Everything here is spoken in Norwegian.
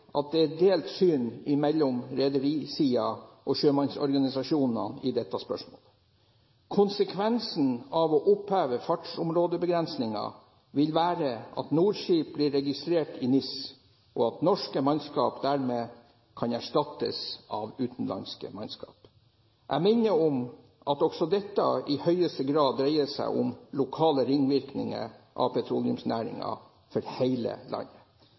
at det er delt syn mellom redersiden og sjømannsorganisasjonene i dette spørsmålet. Konsekvensen av å oppheve fartsområdebegrensningen vil være at NOR-skip blir registrert i NIS, og at norsk mannskap dermed kan erstattes av utenlandsk mannskap. Jeg minner om at også dette i høyeste grad dreier seg om lokale ringvirkninger av petroleumsnæringen for hele landet.